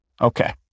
Okay